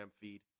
feed